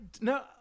no